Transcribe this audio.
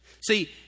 See